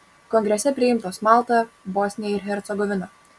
kongrese priimtos malta bosnija ir hercegovina